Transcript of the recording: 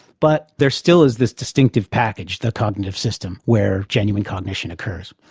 but there still is this distinctive package, the cognitive system, where genuine cognition occurs.